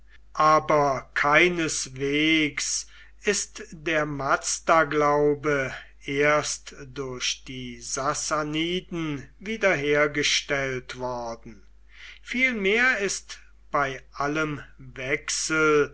aber keineswegs ist der mazda glaube erst durch die sassaniden wiederhergestellt worden vielmehr ist bei allem wechsel